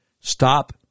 Stop